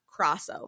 crossover